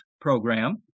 program